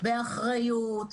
באחריות,